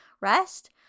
rest